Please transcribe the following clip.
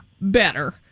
better